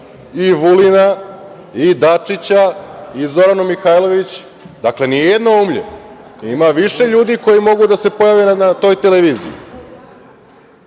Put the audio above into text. i Vulina, i Dačića, i Zoranu Mihajlović, dakle, nije jednoumlje, ima više ljudi koji mogu da se pojave na toj televiziji.